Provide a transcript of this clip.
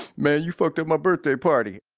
man, you fucked up my birthday party.